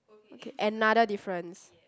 okay another difference